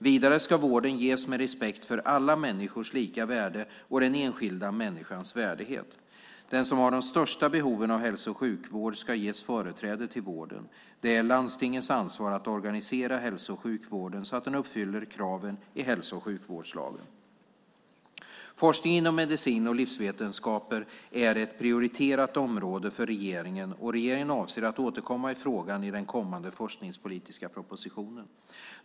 Vidare ska vården ges med respekt för alla människors lika värde och den enskilda människans värdighet. Den som har de största behoven av hälso och sjukvård ska ges företräde till vården. Det är landstingens ansvar att organisera hälso och sjukvården så att den uppfyller kraven i hälso och sjukvårdslagen. Forskning inom medicin och livsvetenskaper är ett prioriterat område för regeringen, och regeringen avser att återkomma i frågan i den kommande forskningspolitiska propositionen.